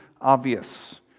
obvious